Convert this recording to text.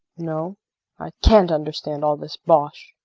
no i can't understand all this bosh.